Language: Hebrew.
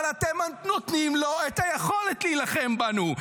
אבל אתם נותנים לו את היכולת להילחם בנו.